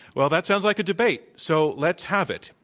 well, that sounds like a debate. so let's have it,